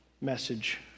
message